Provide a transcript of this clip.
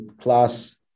class